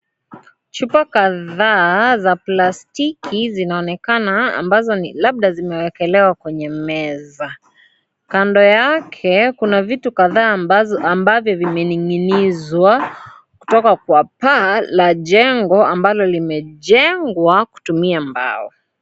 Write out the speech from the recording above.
Chupa kadhaa za plastiki zinaonekana ambazo ni labda zimewekelewa kwenye meza. Kando yake kuna vitu kadhaa ambavyo vimeninginizwa kutoka kwa paa la jengo ambalo limejengwa kutumia mbao.